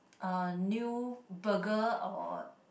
uh new burger or